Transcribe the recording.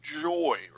joy